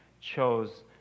chose